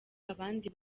abandi